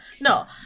no